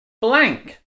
blank